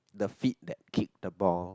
the feet that kick the ball